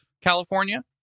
California